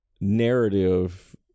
narrative